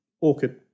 orchid